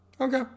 Okay